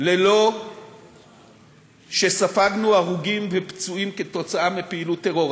ללא שספגנו הרוגים ופצועים כתוצאה מפעילות טרור,